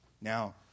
Now